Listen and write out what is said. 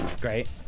Great